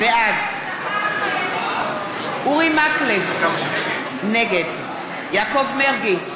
בעד אורי מקלב, נגד יעקב מרגי,